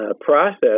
process